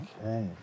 Okay